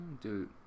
Dude